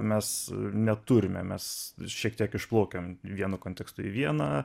mes neturime mes šiek tiek išplaukiam vienu kontekstu į vieną